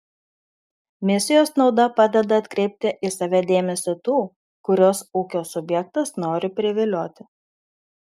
misijos nauda padeda atkreipti į save dėmesį tų kuriuos ūkio subjektas nori privilioti